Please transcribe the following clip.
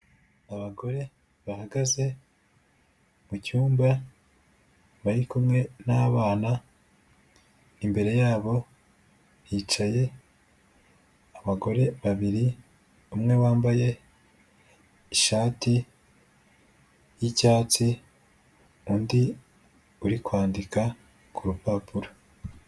Abagore bahagaze mu cyumba bari kumwe n'abana, imbere yabo hicaye abagore babiri umwe wambaye ishati y'icyatsi, undi uri kwandika ku rupapuro.